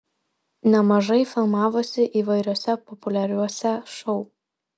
nemažai filmavosi įvairiuose populiariuose šou